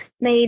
made